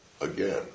again